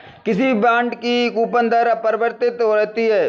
किसी भी बॉन्ड की कूपन दर अपरिवर्तित रहती है